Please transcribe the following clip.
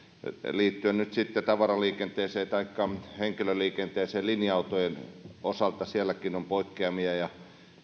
liittyen tavaraliikenteeseen taikka henkilöliikenteeseen linja autojenkin osalta siellä on poikkeamia ja